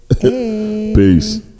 peace